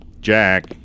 Jack